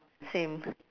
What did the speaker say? same